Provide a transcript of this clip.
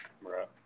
Right